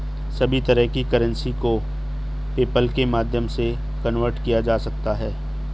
सभी तरह की करेंसी को पेपल्के माध्यम से कन्वर्ट किया जा सकता है